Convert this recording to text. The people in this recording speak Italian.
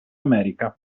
america